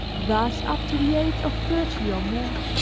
thus up to the age of thirty or more.